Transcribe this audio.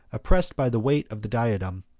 oppressed by the weight of the diadem,